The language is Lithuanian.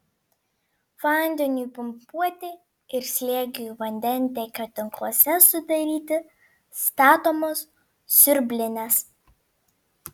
vandeniui pumpuoti ir slėgiui vandentiekio tinkluose sudaryti statomos siurblinės